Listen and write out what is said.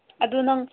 ꯑꯗꯨ ꯅꯪ